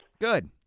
Good